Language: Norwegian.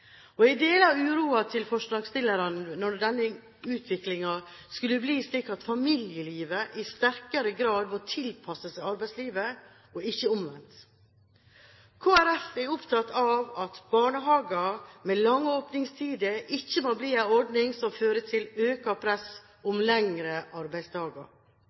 til forslagsstillerne for at utviklingen skal bli slik at familielivet i sterkere grad må tilpasse seg arbeidslivet, og ikke omvendt. Kristelig Folkeparti er opptatt av at barnehager med lange åpningstider ikke må bli en ordning som fører til økt press